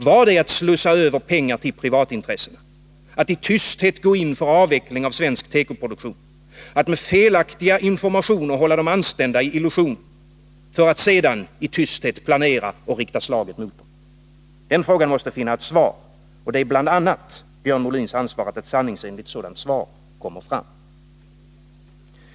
Var det att slussa över pengar till privatintressena, att i tysthet gå in för avveckling av svensk tekoproduktion, att med felaktiga informationer hålla de anställda i illusion medan man planerade detta, för att sedan rikta slaget mot dem? Den frågan måste finna ett svar. Det är bl.a. Björn Molins ansvar att ett sanningsenligt svar på den frågan kommer fram.